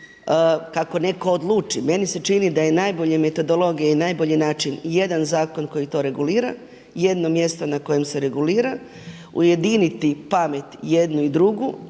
kako netko odluči. Meni se čini da je najbolja metodologija i najbolji način jedan zakon koji to regulira, jedno mjesto na kojem se regulira, ujediniti pamet jednu i drugu